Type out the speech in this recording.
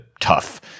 tough